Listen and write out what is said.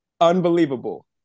unbelievable